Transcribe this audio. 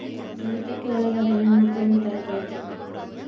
ತುಳಿತಕ್ಕೆ ಒಳಗಾದ ಹೆಣ್ಮಕ್ಳು ನ ತಲುಪೈತಿ